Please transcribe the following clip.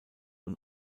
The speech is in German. und